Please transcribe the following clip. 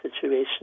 situation